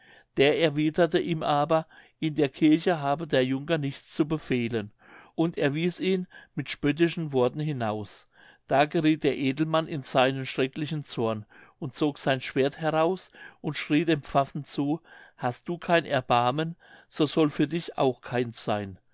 der erwiederte ihm aber in der kirche habe der junker nichts zu befehlen und er wies ihn mit spöttischen worten hinaus da gerieth der edelmann in seinen schrecklichen zorn und zog sein schwert heraus und schrie dem pfaffen zu hast du kein erbarmen so soll für dich auch keins sein